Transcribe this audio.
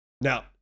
Now